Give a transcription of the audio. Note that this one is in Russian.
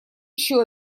еще